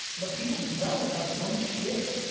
but people dwell about dumb shit.